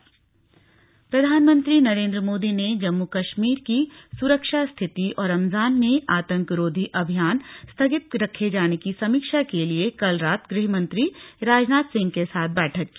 प्रधानमंत्री अभियान प्रधानमंत्री नरेन्द्रर मोदी ने जम्मूम कश्म्र की सुरक्षा स्थिति और रमजान में आतंकरोधी अभियान स्थधगित रखे जाने की समीक्षा के लिए कल रात गृहमंत्री राजनाथ सिंह के साथ बैठक की